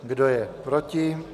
Kdo je proti?